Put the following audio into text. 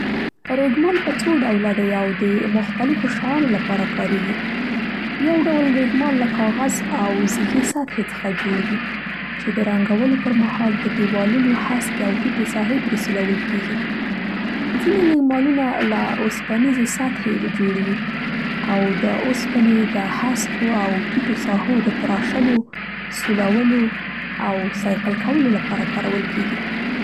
رېګمال په څو ډوله دی او د مختلفو شیانو لپاره کارېږي. یو ډول رېګمال له کاغذ او زیږې سطحې څخه جوړ وي چې د رنګولو پر مهال د دېوالونو هسکې او ټېټې ساحې پرې سولول کېږي. ځینې رېګمالونه له اوسپنزې سطحې جوړ وي او د اوسپنې د هسکو ټیټو ساحو د تراشلو، سولولو او صیقل کولو لپاره کارول کېږي.